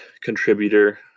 contributor